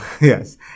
Yes